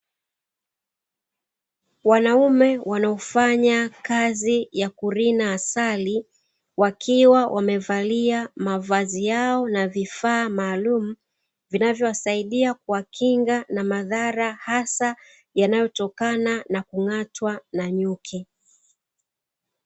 Wanaume wanaofanya kazi ya kurina asali, wakiwa wamevalia mavazi yao na vifaa maalumu, vinavyowasaidia kuwakinga na madhara hasa yanayotokana na kung'atwa na nyuki.